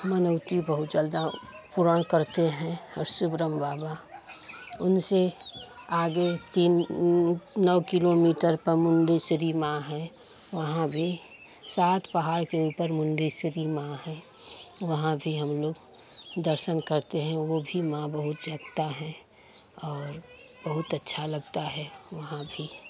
मनौती बहुत जल्द पूर्ण करते हैं हरसू ब्रह्म बाबा उनसे आगे तीन नौ किलोमीटर पर मुंडेस्वरी माँ हैं वहाँ भी सात पहाड़ के ऊपर मुंडेस्वरी माँ हैं वहाँ भी हम लोग दर्शन करते हैं वो भी माँ बहुत जगता हैं और बहुत अच्छा लगता है वहाँ भी